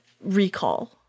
recall